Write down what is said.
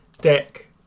deck